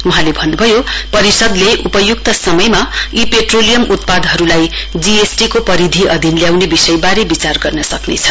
वहाँले भन्नुभयो परिषदले उपयुक्त समयमा यी पेट्रोलियम उत्पादहरुलाई जीएसटी को परिधि अधिन ल्याउने विषयवारे विचार गर्न सक्नेछ